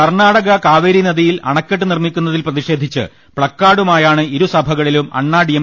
കർണ്ണാ ടക കാവേരിനദിയിൽ അണക്കെട്ട് നിർമ്മിക്കുന്നതിൽ പ്രതിഷേധിച്ച് പ്പക്കാർഡുകളുമായാണ് ഇരുസഭകളിലും അണ്ണാ ഡി എം